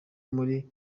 muri